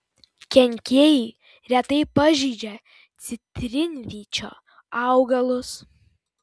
kenkėjai retai pažeidžia citrinvyčio augalus